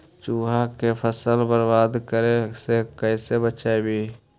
चुहा के फसल बर्बाद करे से कैसे बचाबी?